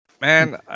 Man